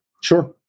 Sure